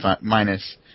minus